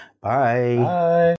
Bye